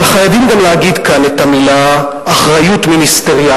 אבל חייבים גם להגיד כאן את המלים אחריות מיניסטריאלית.